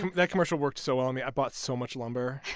that commercial worked so well on me. i bought so much lumber